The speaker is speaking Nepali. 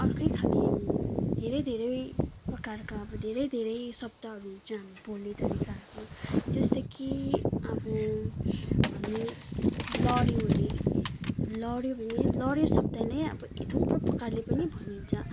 अर्कै खाले धेरै धेरै प्रकारका अब धेरै धेरै शब्दहरू हुन्छ हामी बोल्ने तरिकाहरू जस्तै कि अब हामी लड्यौँ हरे लड्यो भने लड्यो शब्द नै अब थुप्रो प्रकारले पनि भनिन्छ